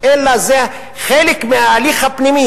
אלא זה חלק מההליך הפנימי.